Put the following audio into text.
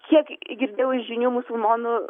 kiek girdėjau žinių musulmonų